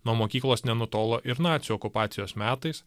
nuo mokyklos nenutolo ir nacių okupacijos metais